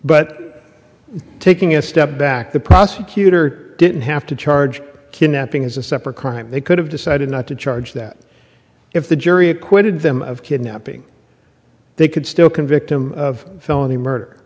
but taking a step back the prosecutor didn't have to charge kidnapping as a separate crime they could have decided not to charge that if the jury acquitted them of kidnapping they could still convict him of felony